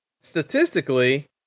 statistically